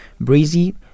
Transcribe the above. breezy